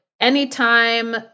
anytime